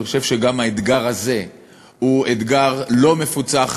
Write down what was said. אני חושב שגם האתגר הזה הוא אתגר לא מפוצח